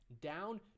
down